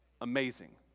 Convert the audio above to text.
Amazing